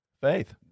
Faith